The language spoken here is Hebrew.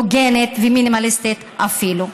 הוגנת ומינימליסטית אפילו.